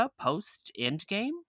post-endgame